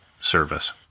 service